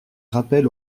rappel